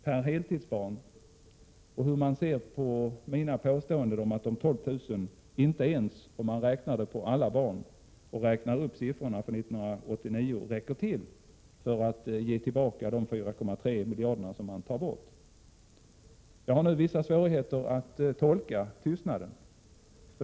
per heltidsbarn som avses och hur man ser på mina påståenden om att de 12 000 kronorna, inte ens om man multiplicerar dem med det totala antalet barn och räknar upp siffrorna för 1989, räcker till för att ge tillbaka de 4,3 miljarder som man tar bort. Jag har nu vissa svårigheter att tolka tystnaden på den punkten.